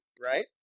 right